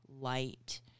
light